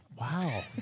Wow